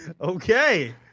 Okay